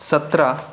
सतरा